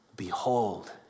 Behold